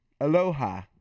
Aloha